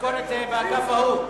משכורת זה באגף ההוא.